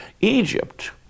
Egypt